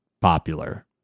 popular